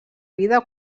vida